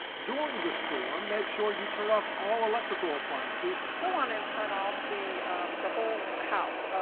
during the storm, make sure you turn off all electrical appliances. go on and turn off the the whole house,